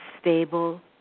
stable